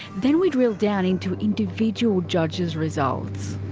then we drill down into individual judges' results.